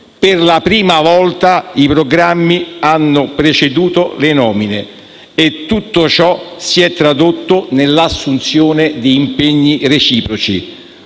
Per la prima volta i programmi hanno preceduto le nomine e tutto ciò si è tradotto nell'assunzione di impegni reciproci;